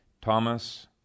Thomas